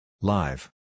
Live